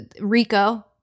Rico